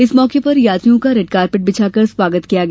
इस मौके पर यात्रियों का रेडकार्पेट बिछाकर स्वागत किया गया